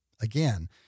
Again